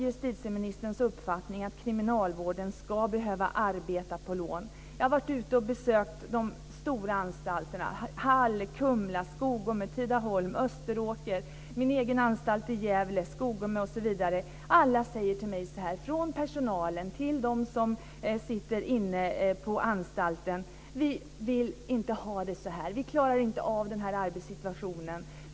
Jag har besökt de stora anstalterna Hall, Kumla, Alla, från personalen till dem som sitter inne på anstalten, säger: Vi vill inte ha det så här. Vi klarar inte av den här arbetssituationen.